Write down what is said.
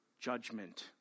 judgment